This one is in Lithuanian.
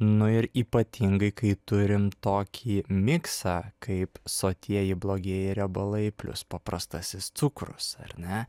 nu ir ypatingai kai turim tokį miksą kaip sotieji blogėja riebalai plius paprastasis cukrus ar ne